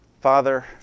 Father